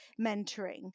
mentoring